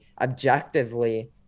objectively